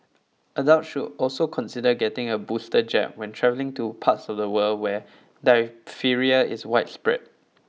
adults should also consider getting a booster jab when traveling to parts of the world where diphtheria is widespread